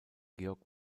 georg